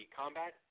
combat